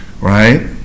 right